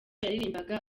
yaririmbaga